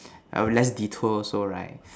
I would less detour also right